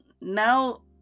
now